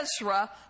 Ezra